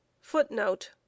Footnote